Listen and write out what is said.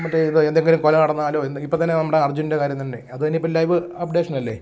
മറ്റേ ഇത് എന്തെങ്കിലും കൊല നടന്നാലോ എന്തെങ്കിലും ഇപ്പോൾത്തന്നെ നമ്മുടെ അര്ജുന്റെ കാര്യം തന്നെ അത് തന്നെ ഇപ്പം ലൈവ് അപ്ഡേഷനല്ലേ